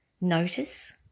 notice